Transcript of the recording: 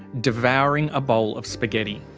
devouring a bowl of spaghetti.